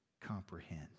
comprehend